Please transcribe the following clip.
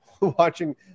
watching